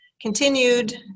continued